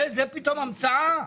זה פתאום המצאה,